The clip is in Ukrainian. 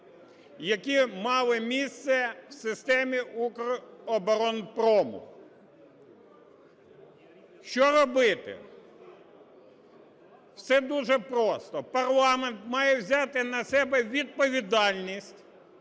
які мали місце в системі "Укроборонпрому". Що робити? Все дуже просто: парламент має взяти на себе відповідальність